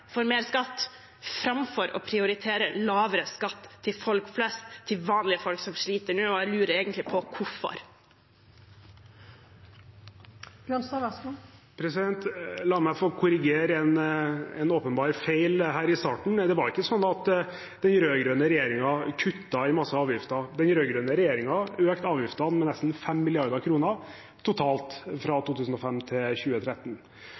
mer skatt framfor å prioritere lavere skatt til folk flest og vanlige folk som sliter nå. Jeg lurer på hvorfor. La meg få korrigere en åpenbar feil i starten: Den rød-grønne regjeringen kuttet ikke i mange avgifter. Den rød-grønne regjeringen økte avgiftene med nesten 5 mrd. kr totalt fra 2005 til 2013.